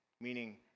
meaning